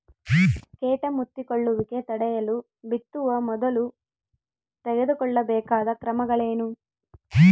ಕೇಟ ಮುತ್ತಿಕೊಳ್ಳುವಿಕೆ ತಡೆಯಲು ಬಿತ್ತುವ ಮೊದಲು ತೆಗೆದುಕೊಳ್ಳಬೇಕಾದ ಕ್ರಮಗಳೇನು?